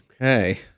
Okay